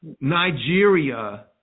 Nigeria